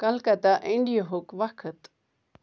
کلکتہٕ اِنٛڈِیہُک وقت